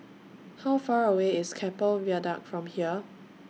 How Far away IS Keppel Viaduct from here